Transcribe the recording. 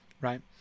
right